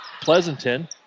Pleasanton